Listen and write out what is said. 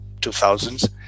2000s